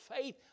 faith